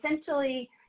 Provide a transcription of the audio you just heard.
essentially